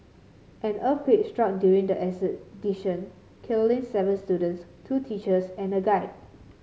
an earthquake struck during the expedition killing seven students two teachers and a guide